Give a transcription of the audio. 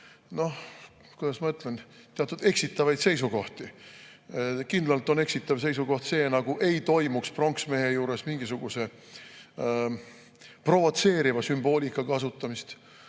ka, kuidas ma ütlen, teatud eksitavaid seisukohti. Kindlalt on eksitav seisukoht see, nagu ei toimuks pronksmehe juures mingisuguse provotseeriva sümboolika kasutamist.